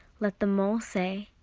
let the mole say,